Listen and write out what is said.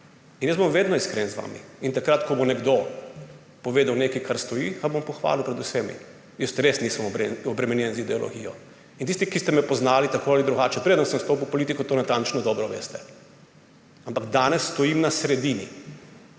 In jaz bom vedno iskren z vami. In takrat, ko bo nekdo povedal nekaj, kar stoji, ga bom pohvalil pred vsemi. Jaz res nisem obremenjen z ideologijo. In tisti, ki ste me poznali tako ali drugače, predno sem stopil v politiko, to natančno dobro veste. Ampak danes stojim na sredini.